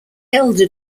elder